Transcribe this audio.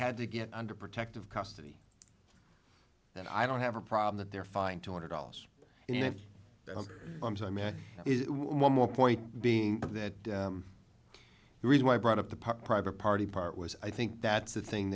had to get under protective custody and i don't have a problem that they're fined two hundred dollars and you know i mean it is one more point being that the reason i brought up the private party part was i think that's the thing